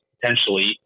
potentially